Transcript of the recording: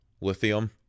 Lithium